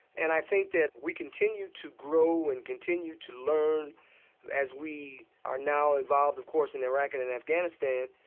and i think that we continue to grow and continue to learn as we are now involved, of course, in iraq and in afghanistan,